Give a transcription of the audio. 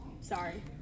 Sorry